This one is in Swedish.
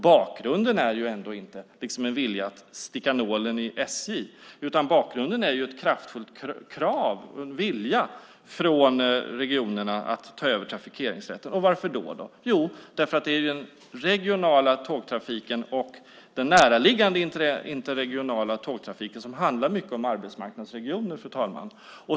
Bakgrunden är inte en vilja att sticka nålen i SJ, utan bakgrunden är ett kraftfullt krav och vilja från regionerna att ta över trafikeringsrätten. Varför då? Jo, därför att den regionala tågtrafiken och den näraliggande interregionala tågtrafiken handlar mycket om arbetsmarknadsregioner, fru talman.